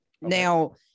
Now